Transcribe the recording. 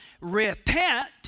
repent